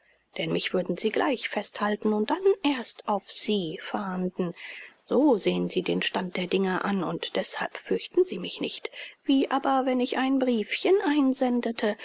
denn mich würden sie gleich festhalten und dann erst auf sie fahnden so sehen sie den stand der dinge an und deßhalb fürchten sie mich nicht wie aber wenn ich ein briefchen einsendete